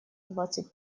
двадцать